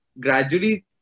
gradually